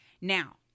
Now